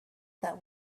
that